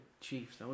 Chiefs